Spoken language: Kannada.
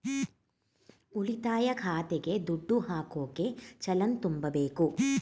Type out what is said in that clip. ಉಳಿತಾಯ ಖಾತೆಗೆ ದುಡ್ಡು ಹಾಕೋಕೆ ಚಲನ್ ತುಂಬಬೇಕು